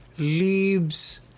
leaves